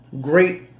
Great